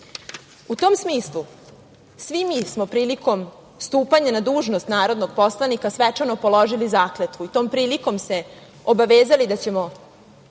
tom smislu svi mi smo prilikom stupanja na dužnost narodnog poslanika svečano položili zakletvu i tom prilikom se obavezali da ćemo